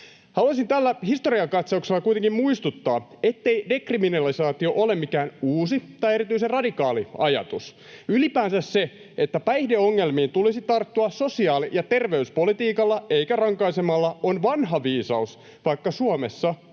Haluaisin tällä historiakatsauksella kuitenkin muistuttaa, ettei dekriminalisaatio ole mikään uusi tai erityisen radikaali ajatus. Ylipäänsä se, että päihdeongelmiin tulisi tarttua sosiaali- ja terveyspolitiikalla eikä rankaisemalla, on vanha viisaus, vaikka Suomessa on